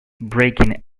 breaking